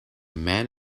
man